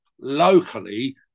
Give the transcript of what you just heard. locally